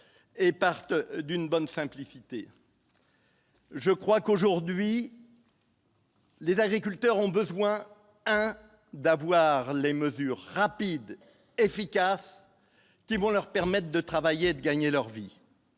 et partent d'une bonne simplicité. Je crois qu'aujourd'hui. Les agriculteurs ont besoin d'avoir les mesures rapides, efficaces qui bon leur permettent de travailler et de gagner leur vie,